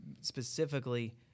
specifically